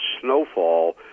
snowfall